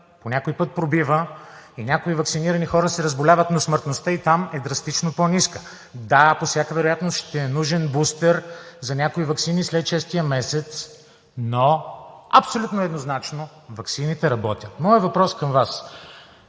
по някой път пробива и някои ваксинирани хора се разболяват, но смъртността и там е драстично по-ниска. Да, по всяка вероятност ще е нужен бустер за някои ваксини след шестия месец, но абсолютно еднозначна – ваксините работят. Моят въпрос към Вас: